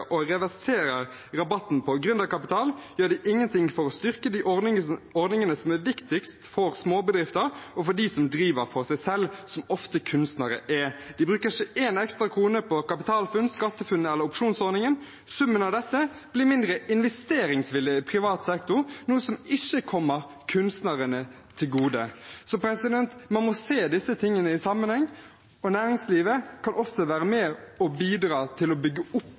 og reverserer rabatten på gründerkapital, gjør de ingenting for å styrke de ordningene som er viktigst for småbedrifter og for dem som driver for seg selv, som kunstnerne ofte gjør. De bruker ikke én ekstra krone på Kapitalfunn-ordningen, SkatteFUNN-ordningen eller opsjonsordningen. Summen av dette blir mindre investeringsvilje i privat sektor, noe som ikke kommer kunstnerne til gode. Man må se disse tingene i sammenheng, og næringslivet kan også være med og bidra til å bygge opp